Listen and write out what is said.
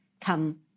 come